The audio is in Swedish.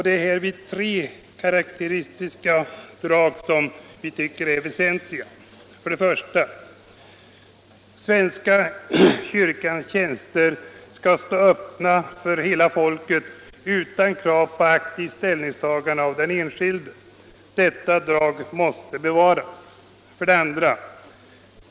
Det är därvid tre karaktärsdrag som vi tycker är väsentliga. 1. Svenska kyrkans tjänster skall stå öppna för hela folket utan krav på aktivt ställningstagande av den enskilde. Detta drag måste bevaras. 2.